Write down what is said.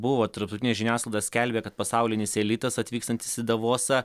buvo tarptautinė žiniasklaida skelbė kad pasaulinis elitas atvykstantis į davosą